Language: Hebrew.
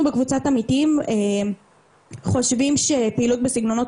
אנחנו בקבוצת עמיתים חושבים שפעילות בסגנונות